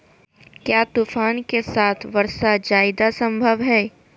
क्या तूफ़ान के साथ वर्षा जायदा संभव है?